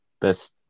best